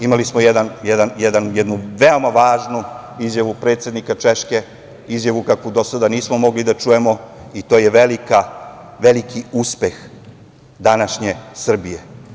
Imali smo jednu veoma važnu izjavu predsednika Češke, izjavu kakvu do sada nismo mogli da čujemo i to je veliki uspeh današnje Srbije.